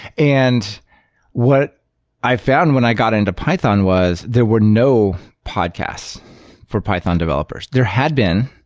and what i found when i got into python was there were no podcasts for python developers. there had been.